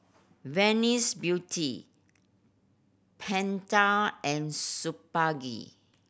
Venus Beauty Pentel and Superga